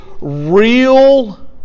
real